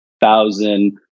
thousand